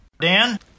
Dan